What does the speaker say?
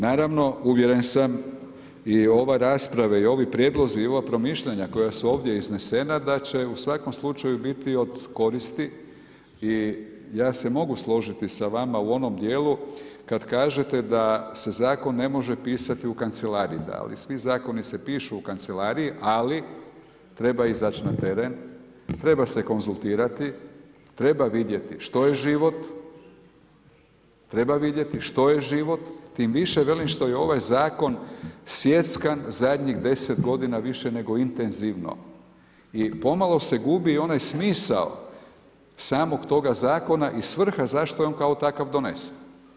Naravno, uvjeren sam i ove rasprave i ovi prijedlozi i ova promišljanja koja su ovdje iznesena da će u svakom slučaju biti od koristi i ja se mogu složiti sa vama u onom dijelu kada kažete da se zakon ne može pisati u kancelariji, da, ali svi zakoni se pišu u kancelariji, ali treba izaći na teren, treba se konzultirati treba vidjeti što je život, tim više velim što je ovaj zakon sjeckan zadnjih 10 godina više nego intenzivno i pomalo se gubi onaj smisao samog toga zakona i svrha zašto je on kao takav donesen.